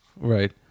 Right